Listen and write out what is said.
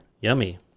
Yummy